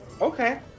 Okay